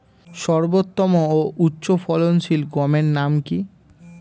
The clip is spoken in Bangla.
সর্বোত্তম ও উচ্চ ফলনশীল গমের নাম কি?